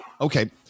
Okay